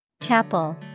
Chapel